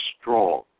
strong